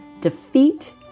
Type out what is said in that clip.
defeat